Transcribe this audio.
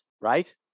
right